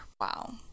Wow